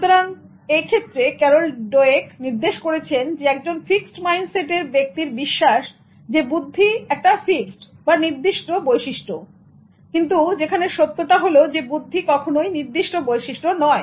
সুতরাং এমন নির্দেশ করেছেন একজন ফিক্সড মাইন্ডসেটের ব্যক্তির বিশ্বাস যে বুদ্ধি এটা একটা ফিক্সড বা নির্দিষ্ট বৈশিষ্ট্য যেখানে সত্যটা হল বুদ্ধি কখনোই নির্দিষ্ট বৈশিষ্ট্য নয়